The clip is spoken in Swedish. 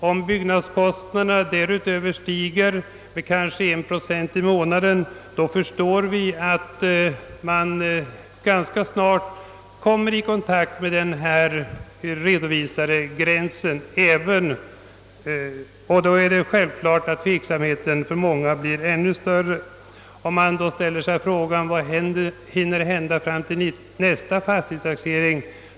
Om :byggnadskostnaderna därutöver stiger med kanske en procent per månad, kommer man ganska snart i kontakt med den här redovisade gränsen, varvid tveksamheten för många blir än större, eftersom de ställer sig frågan vad som hinner hända fram till nästa fastighetstaxering.